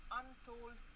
untold